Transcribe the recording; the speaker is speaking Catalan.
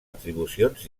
atribucions